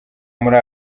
muri